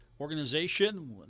organization